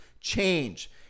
change